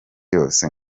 yose